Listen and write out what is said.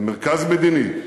כמרכז מדיני,